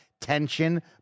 tension